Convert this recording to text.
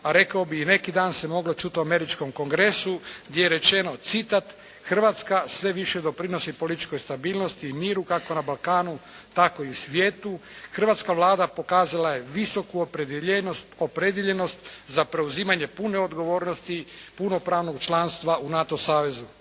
Rekao bih i neki dan se moglo čuti u američkom kongresu gdje je rečeno, citat: "Hrvatska sve više doprinosi političkoj stabilnosti i miru kako na Balkanu tako i svijetu. Hrvatska Vlada pokazala je visoku opredijeljenost za preuzimanje pune odgovornosti punopravnog članstva u NATO savezu."